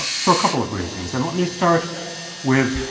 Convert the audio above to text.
but for a couple of reasons. and let me start with,